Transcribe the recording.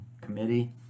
committee